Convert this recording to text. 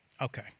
Okay